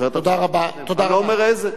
אחרת אני לא אומר איזה.